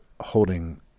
holding